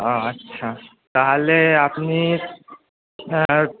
ও আচ্ছা তাহলে আপনি হ্যাঁ